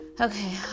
Okay